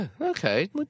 Okay